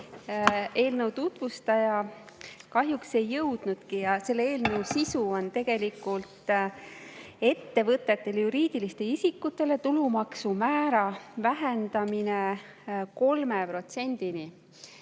eelnõu tutvustaja kahjuks ei jõudnudki. Selle eelnõu sisu on tegelikult ettevõtetele, juriidilistele isikutele tulumaksumäära vähendamine 3%-ni.